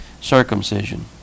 circumcision